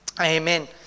Amen